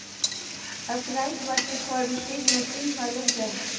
Arkwright water frame तेज machine मानल जा हई